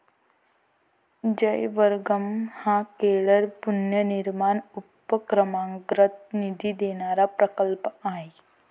जयवग्रहम हा केरळ पुनर्निर्माण उपक्रमांतर्गत निधी देणारा प्रकल्प आहे